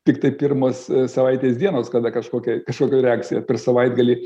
tiktai pirmos savaitės dienos kada kažkokia kažkokia reakcija per savaitgalį